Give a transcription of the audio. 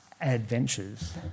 adventures